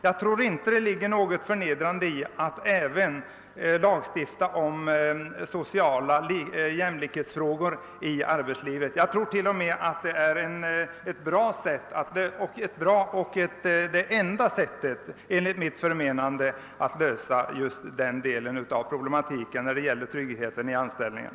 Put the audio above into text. Jag tycker inte det ligger något förnedrande i att lagstifta även om sociala jämlikhetsfrågor i arbetslivet. Enligt mitt förmenande är det t.o.m. det enda sättet att lösa den del av problematiken som gäller tryggheten i anställningen.